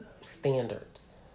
standards